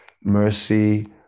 mercy